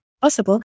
possible